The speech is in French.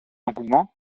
engouement